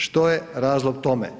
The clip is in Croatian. Što je razlog tome?